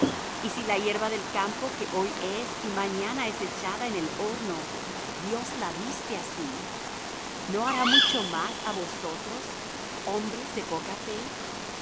y si la hierba del campo que hoy es y mañana es echada en el horno dios la viste así no hará mucho más á vosotros hombres de poca fe